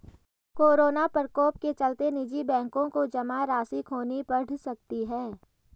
corona प्रकोप के चलते निजी बैंकों को जमा राशि खोनी पढ़ सकती है